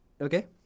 Okay